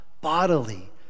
bodily